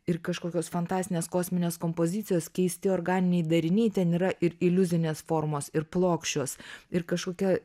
ir kažkokios fantastinės kosminės kompozicijos keisti organiniai dariniai ten yra ir iliuzinės formos ir plokščios ir kažkokia